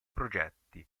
progetti